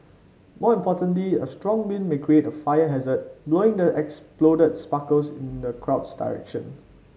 more importantly a strong wind may create a fire hazard blowing the exploded sparkles in the crowd's direction